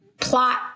plot